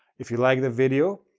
if you like the video,